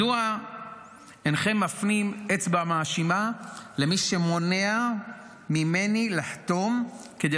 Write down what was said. מדוע אינכם מפנים אצבע מאשימה למי שמונע ממני לחתום כדי